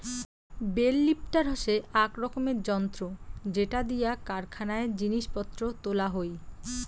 bell লিফ্টার হসে আক রকমের যন্ত্র যেটা দিয়া কারখানায় জিনিস পত্র তোলা হই